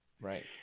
Right